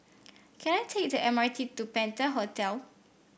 can I take the M R T to Penta Hotel